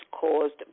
caused